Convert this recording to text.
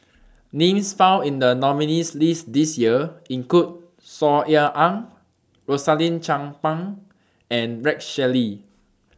Names found in The nominees' list This Year include Saw Ean Ang Rosaline Chan Pang and Rex Shelley